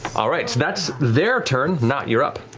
all right, that's their turn. nott, you're up.